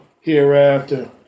hereafter